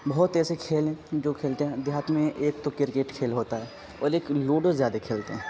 بہت ایسے کھیل ہیں جو کھیلتے ہیں دیہات میں ایک تو کرکٹ کھیل ہوتا ہے اور ایک لوڈو زیادہ کھیلتے ہیں